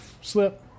slip